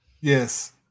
Yes